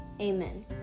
amen